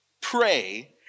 pray